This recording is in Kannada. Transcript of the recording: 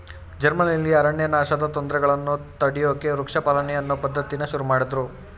ಜರ್ಮನಿಲಿ ಅರಣ್ಯನಾಶದ್ ತೊಂದ್ರೆಗಳನ್ನ ತಡ್ಯೋಕೆ ವೃಕ್ಷ ಪಾಲನೆ ಅನ್ನೋ ಪದ್ಧತಿನ ಶುರುಮಾಡುದ್ರು